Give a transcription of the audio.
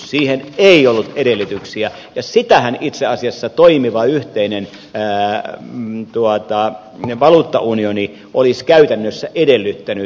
siihen ei ollut edellytyksiä ja sitähän itse asiassa toimiva yhteinen valuuttaunioni olisi käytännössä edellyttänyt